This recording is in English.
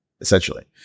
essentially